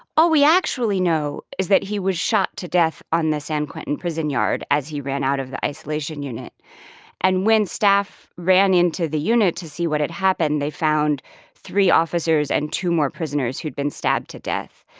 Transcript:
all we actually know is that he was shot to death on the san quentin prison yard as he ran out of that isolation unit and when staff ran into the unit to see what had happened, they found three officers and two more prisoners who'd been stabbed to death.